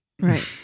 Right